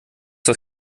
das